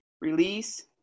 release